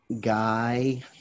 guy